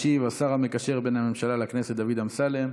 ישיב השר המקשר בין הממשלה לכנסת דוד אמסלם.